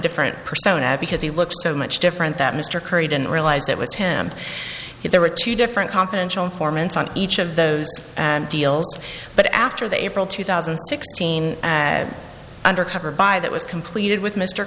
different persona because he looks so much different that mr curry didn't realize it was him that there were two different confidential informants on each of those and deals but after the april two thousand and sixteen undercover buy that was completed with mr